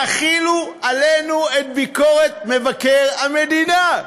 תחילו עלינו את ביקורת מבקר המדינה,